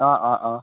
অঁ অঁ অঁ